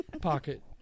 pocket